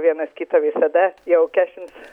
vienas kitą visada jaukesnis